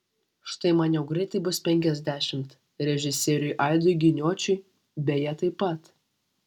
štai man jau greitai bus penkiasdešimt režisieriui aidui giniočiui beje taip pat